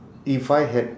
if I had